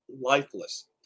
lifeless